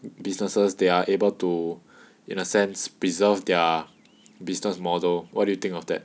businesses they are able to in a sense preserve their business model what do you think of that